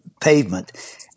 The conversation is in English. pavement